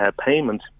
payment